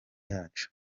yacu